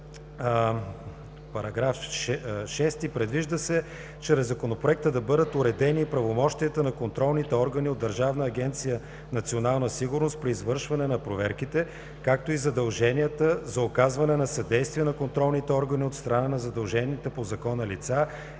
Препоръка 1. Предвижда се чрез Законопроекта да бъдат уредени и правомощията на контролните органи от Държавна агенция „Национална сигурност“ при извършване на проверките, както и задълженията за оказване на съдействие на контролните органи от страна на задължените по Закона лица